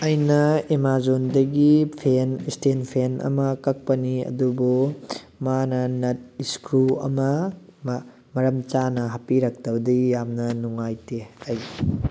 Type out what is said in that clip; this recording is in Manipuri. ꯑꯩꯅ ꯑꯦꯃꯥꯖꯣꯟꯗꯒꯤ ꯐꯦꯟ ꯏꯁꯇꯦꯟ ꯐꯦꯟ ꯑꯃ ꯀꯛꯄꯅꯤ ꯑꯗꯨꯕꯨ ꯃꯥꯅ ꯅꯠ ꯏꯁꯀꯔꯨ ꯑꯃ ꯃꯔꯝ ꯆꯥꯅ ꯍꯥꯞꯄꯤꯔꯛꯇꯕꯗꯒꯤ ꯌꯥꯝꯅ ꯅꯨꯡꯉꯥꯏꯇꯦ ꯑꯩ